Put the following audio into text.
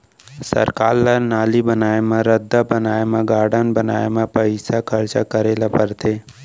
सरकार ल नाली बनाए म, रद्दा बनाए म, गारडन बनाए म पइसा खरचा करे ल परथे